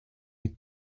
est